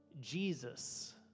Jesus